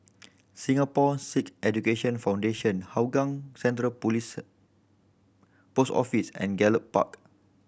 Singapore Sikh Education Foundation Hougang Central Police Post Office and Gallop Park